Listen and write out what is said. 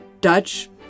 Dutch